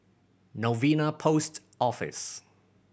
Novena Post Office